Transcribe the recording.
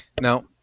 Now